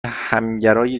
همگرای